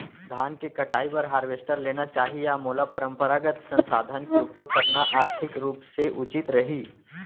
धान के कटाई बर हारवेस्टर लेना चाही या मोला परम्परागत संसाधन के उपयोग करना आर्थिक रूप से उचित रही?